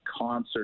concert